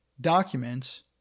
documents